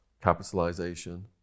capitalization